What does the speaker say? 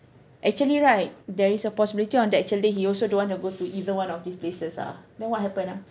actually right there is a possibility on the actual day he also don't want to go to either one of these places ah then what happen ah